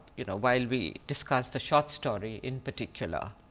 you know while we discuss the short story in particular.